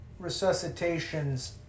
resuscitations